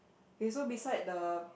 okay so beside the